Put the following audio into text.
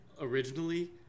originally